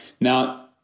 now